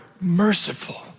merciful